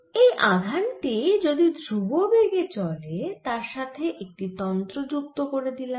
এই আধান টি যদি ধ্রুব বেগে চলে তার সাথে একটি তন্ত্র যুক্ত করে দিলাম